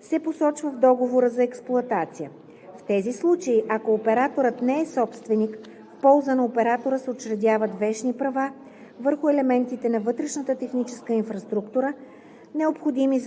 се посочва в договора за експлоатация. В тези случаи, ако операторът не е собственик, в полза на оператора се учредяват вещни права върху елементите на вътрешната техническа инфраструктура, необходими